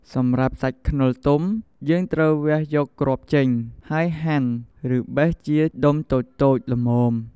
សម្រាប់ សាច់ខ្នុរទុំ យើងត្រូវវះយកគ្រាប់ចេញ ហើយហាន់ ឬបេះជាដុំតូចៗល្មម។